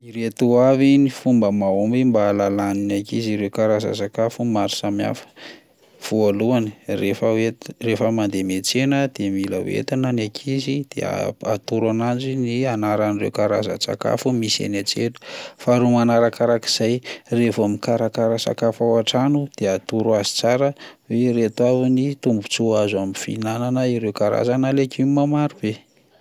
Ireto avy ny fomba mahomby mba hahalalan'ny ankizy ireo karazan-tsakafo maro samihafa: voalohany rehefa hoent- rehefa mandeha miantsena dia mila hoentina ny ankizy dia atoro anazy ny anaran'ireo karazan-tsakafo misy eny an-tsena; faharoa manarakarak'izay raha vao mikarakara sakafo ao an-trano dia atoro azy tsara hoe ireto avy ny tombontsoa azo amin'ny fihinanana ireo karazana legioma marobe.